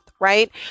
right